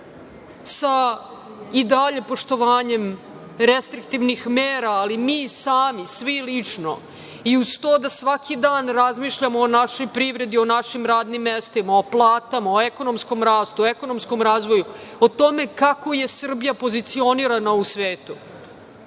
sa i dalje poštovanjem restriktivnih mera, ali mi sami, svi lično, i uz to da svaki dan razmišljamo o našoj privredi, o našim radnim mestima, o platama, o ekonomskom rastu, o ekonomskom razvoju, o tome kako je Srbija pozicionirana u svetu,